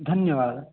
धन्यवादः